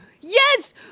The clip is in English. Yes